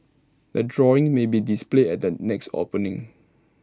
the drawings may be displayed at the next opening